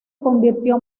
convirtió